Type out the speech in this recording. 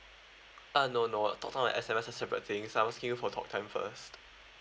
uh no no talk time and S_M_S are separate things I'm asking you for talk time first